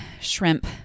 shrimp